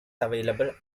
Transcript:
available